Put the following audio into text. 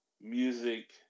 music